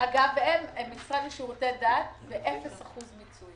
אגב, הם משרד לשירותי דת באפס אחוז מיצוי